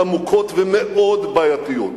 עמוקות ומאוד בעייתיות.